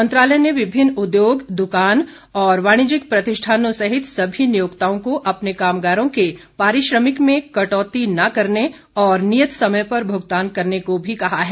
मंत्रालय ने विभिन्न उद्योग दुकान और वाणिज्यिक प्रतिष्ठानों सहित सभी नियोक्ताओं को अपने कामगारों के पारिश्रमिक में कटौती न करने और नियत समय पर भुगतान करने को भी कहा है